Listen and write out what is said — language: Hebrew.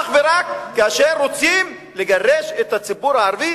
אך ורק כאשר רוצים לגרש את הציבור הערבי